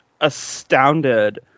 astounded